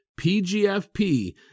PGFP